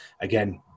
again